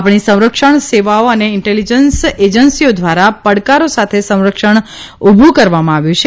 આપણી સંરક્ષણ સેવાઓ અને ઇન્ટેલીજન્સ એજન્સીઓ દ્વારા પડકારો સાથે રક્ષણ ઉભું કરવામાં આવ્યું છે